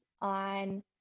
on